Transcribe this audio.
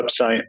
website